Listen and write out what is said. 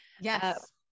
Yes